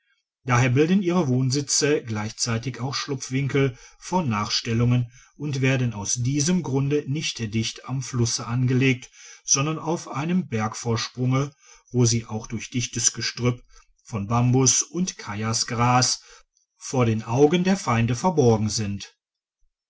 daher bilden ihre wohnsitze gleichzeitig auch schlupfwinkel vor nachstellungen und werden aus diesem grunde nicht dicht am flusse angelegt sondern auf einem bergvorsprunge wo sie auch durch dichtes gestrüpp von bambus und kajasgras vor den augen der feinde verborgen sind